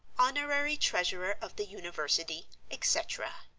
honorary treasurer of the university etc.